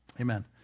Amen